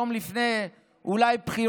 אולי יום לפני בחירות,